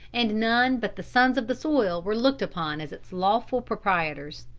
and none but the sons of the soil were looked upon as its lawful proprietors.